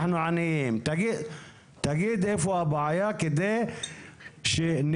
אנחנו עניים תגידו מה הבעיה כדי שנדע